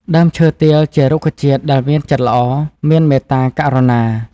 ដើមឈើទាលជារុក្ខជាតិដែលមានចិត្តល្អ មានមេត្តាករុណា។